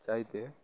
যাতে